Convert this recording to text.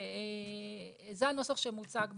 וזה הנוסח שמוצג בפניכם.